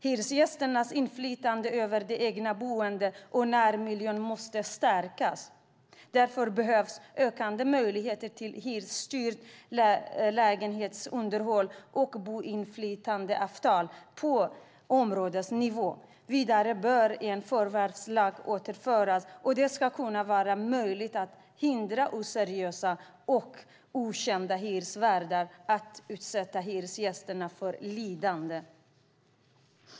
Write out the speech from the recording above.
Hyresgästernas inflytande över det egna boendet och närmiljön måste stärkas. Därför behövs ökade möjligheter till hyresgäststyrt lägenhetsunderhåll och boinflytandeavtal på områdesnivå. Vidare bör en förvärvslag återinföras. Det ska kunna vara möjligt att hindra oseriösa och ökända hyresvärdar att utsätta hyresgästerna för lidande.